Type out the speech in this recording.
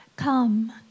Come